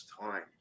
time